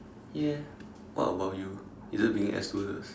ya what about you is it being an air stewardess